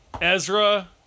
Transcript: Ezra